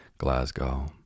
Glasgow